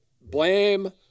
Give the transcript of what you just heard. Blame